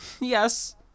yes